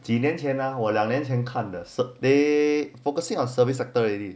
几年前那我两年前看了 they focusing on service sector already